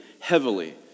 heavily